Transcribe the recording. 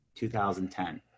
2010